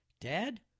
Dad